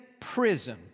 prison